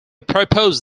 proposed